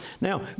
Now